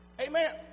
Amen